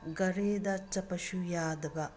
ꯒꯥꯔꯤꯗ ꯆꯠꯄꯁꯨ ꯌꯥꯗꯕ